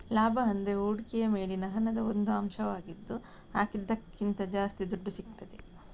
ಲಾಭ ಅಂದ್ರೆ ಹೂಡಿಕೆಯ ಮೇಲಿನ ಹಣದ ಒಂದು ಅಂಶವಾಗಿದ್ದು ಹಾಕಿದ್ದಕ್ಕಿಂತ ಜಾಸ್ತಿ ದುಡ್ಡು ಸಿಗ್ತದೆ